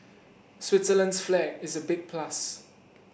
Switzerland's flag is a big plus